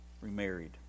remarried